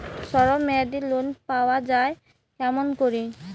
স্বল্প মেয়াদি লোন পাওয়া যায় কেমন করি?